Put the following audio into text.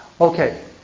Okay